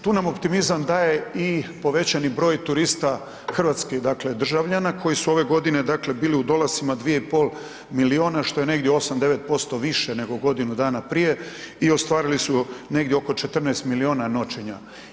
Tu nam optimizam daje i povećani broj turista hrvatskih državljana koji su ove godine bili u dolascima 2,5 milijuna što je 8, 9% više nego godinu dana prije i ostvarili su negdje oko 14 milijuna noćenja.